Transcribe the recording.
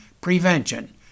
prevention